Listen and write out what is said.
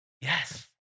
Yes